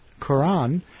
Quran